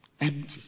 Empty